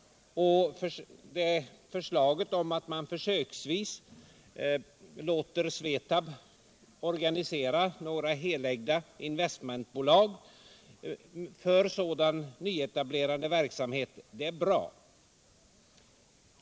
Det är också bra att man försöksvis låter SVETAB organisera några helägda investmentbolag för främjandet av nyetableringsverksamhet.